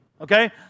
okay